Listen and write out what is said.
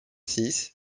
six